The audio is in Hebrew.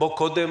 בואו קודם